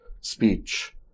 speech